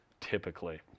typically